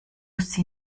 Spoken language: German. sie